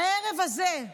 בערב הזה,